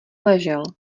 ležel